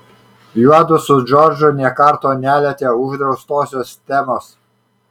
juodu su džordžu nė karto nelietė uždraustosios temos